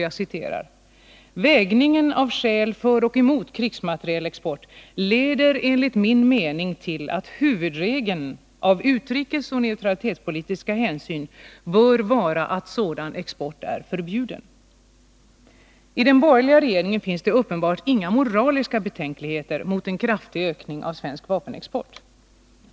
Jag citerar ur propositionen: ”Vägningen av skäl för och emot krigsmaterielexport leder enligt min mening till att huvudregeln av utrikesoch neutralitetspolitiska hänsyn bör vara att sådan export är förbjuden.” I den borgerliga regeringen finns det uppenbart inga moraliska betänkligheter mot en kraftig ökning av svensk vapenexport.